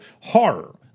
horror